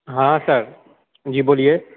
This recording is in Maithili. हँ सर जी बोलिए